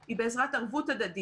היא בעזרת הדדית,